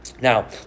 Now